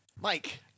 Mike